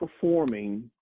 performing